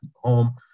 home